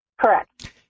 Correct